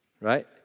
Right